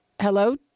Hello